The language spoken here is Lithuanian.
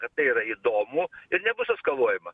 kad tai yra įdomu ir nebus eskaluojama